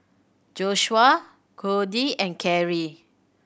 Joshua Codie and Carie